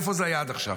איפה זה היה עד עכשיו?